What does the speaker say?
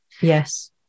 Yes